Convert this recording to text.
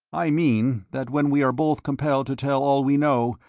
i mean that when we are both compelled to tell all we know,